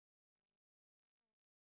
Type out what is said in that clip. I see